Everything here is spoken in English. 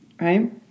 right